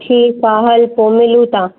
ठीकु आहे हल पोइ मिलूं था